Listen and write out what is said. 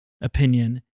opinion